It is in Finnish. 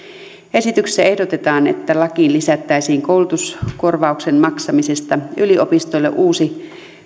esityksessä ehdotetaan että lakiin lisättäisiin koulutuskorvauksen maksamisesta yliopistoille uusi